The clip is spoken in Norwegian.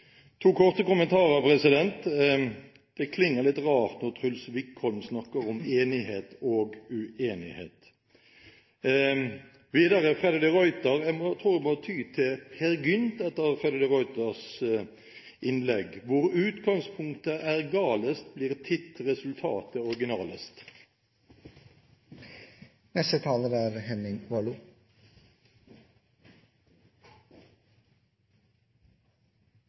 To korte kommentarer: Det klinger litt rart når Truls Wickholm snakker om enighet og uenighet. Videre, til Freddy de Ruiter: Jeg tror jeg må ty til Peer Gynt etter innlegget hans: «Hvor udgangspunktet er galest, blir tidt resultatet